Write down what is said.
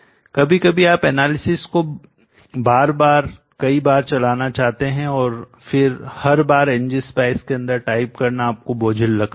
कभी कभी आप एनालिसिसविश्लेषण को बार बार कई बार चलाना चाहते हैं और फिर हर बार ng spice के अंदर टाइप करना आपको बोझिल लग सकता हैं